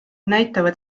näitavad